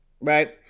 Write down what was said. right